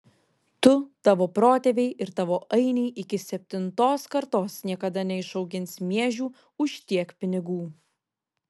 tu tavo protėviai ir tavo ainiai iki septintos kartos niekada neišaugins miežių už tiek pinigų